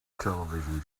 television